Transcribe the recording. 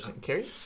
carry